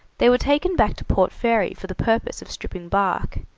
they were taken back to port fairy for the purpose of stripping bark,